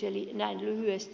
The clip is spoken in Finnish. eli näin lyhyesti